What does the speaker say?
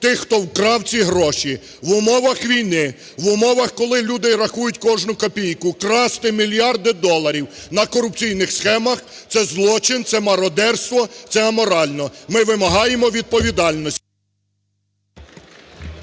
тих, хто вкрав ці гроші, в умовах війни, в умовах, коли люди рахують кожну копійку, красти мільярди доларів на корупційних схемах – це злочин, це мародерства, це аморально. Ми вимагаємо відповідальності…